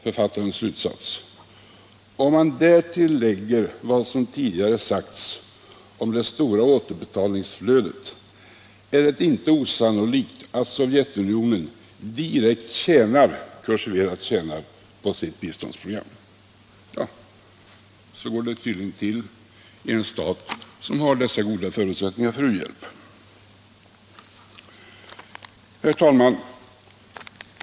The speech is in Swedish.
Författarens slutsats blir: ”Om man därtill lägger vad som tidigare sagts om stora återbetalningsflöden är det inte osannolikt att Sovjetunionen direkt tjänar på sitt biståndsprogram.” Så går det tydligen till i en stat, som har dessa goda förutsättningar för u-hjälp. Herr talman!